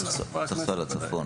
אני צריך לנסוע לצפון.